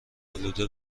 آلوده